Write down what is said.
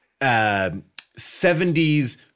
70s